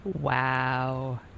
Wow